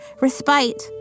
Respite